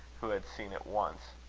who had seen it once